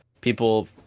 people